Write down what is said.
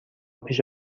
پیش